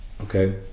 okay